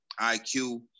IQ